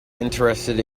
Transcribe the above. interested